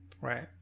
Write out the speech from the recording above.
Right